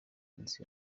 nzi